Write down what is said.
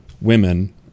women